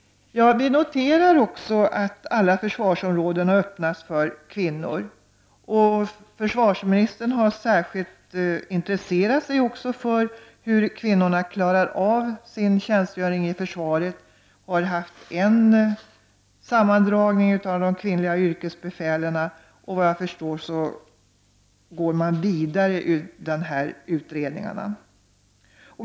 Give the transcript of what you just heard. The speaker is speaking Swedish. Vi noterar nu att alla försvarsområden har öppnats för kvinnor. Försvarsministern har särskilt intresserat sig för hur kvinnorna klarar av sin tjänstgöring i försvaret. Man har haft en sammandragning av de kvinnliga yrkesbefälen, och vad jag förstår så går man vidare med dessa utredningar.